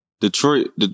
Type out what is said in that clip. Detroit